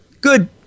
Good